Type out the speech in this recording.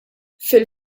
fil